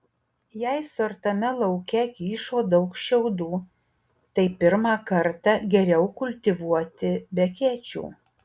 jei suartame lauke kyšo daug šiaudų tai pirmą kartą geriau kultivuoti be akėčių